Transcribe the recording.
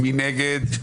מי נגד?